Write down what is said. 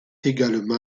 également